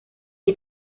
est